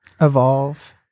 Evolve